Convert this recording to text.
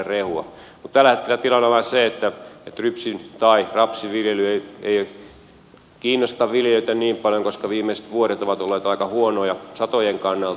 tällä hetkellä tilanne on vain se että rypsi tai rapsiviljely ei kiinnosta viljelijöitä niin paljon koska viimeiset vuodet ovat olleet aika huonoja satojen kannalta